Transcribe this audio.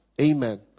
Amen